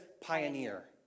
pioneer